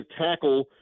tackle